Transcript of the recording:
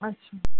ਅੱਛਾ